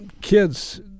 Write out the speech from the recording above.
kids